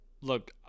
look